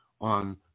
on